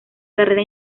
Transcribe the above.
carrera